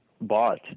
bought